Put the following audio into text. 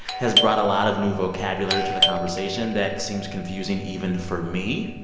has brought a lot of new vocabulary to the conversation that seems confusing even for me.